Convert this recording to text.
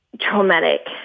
traumatic